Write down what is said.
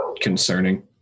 concerning